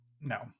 No